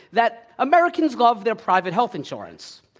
that americans love their private health insurance.